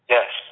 Yes